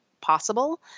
possible